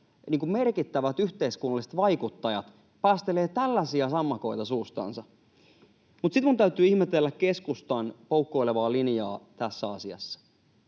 merkittävät yhteiskunnalliset vaikuttajat päästelevät tällaisia sammakoita suustansa. Mutta sitten minun täytyy ihmetellä keskustan poukkoilevaa linjaa tässä asiassa.